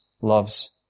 loves